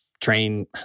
train